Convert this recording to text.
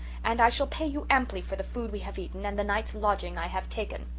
and i shall pay you amply for the food we have eaten and the night's lodging i have taken.